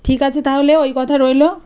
ঠিক আছে তাহলে ওই কথা রইল